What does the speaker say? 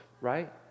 right